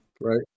right